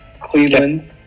Cleveland